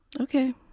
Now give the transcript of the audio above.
Okay